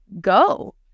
go